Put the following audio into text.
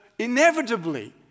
Inevitably